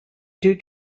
due